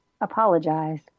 apologize